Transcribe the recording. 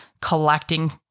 collecting